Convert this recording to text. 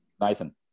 Nathan